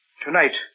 tonight